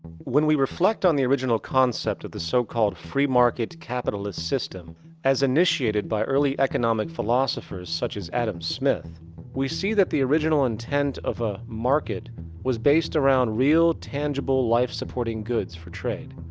when we reflect on the original concept of the so-called free market capitalist system as initiated by early economic philosophers such as adam smith we see that the original intent of a market was based around real, tangible, life supporting goods for trade.